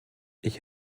ich